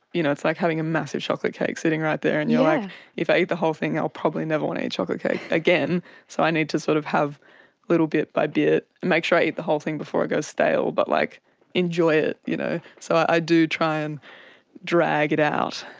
you know it's like having a massive chocolate cake sitting right there and you're like if i eat the whole thing, i'll probably never want to eat chocolate cake again so i need to sort of have little bit by bit, make sure i eat the whole thing before it goes stale but like enjoy it. you know so i do try and drag it out.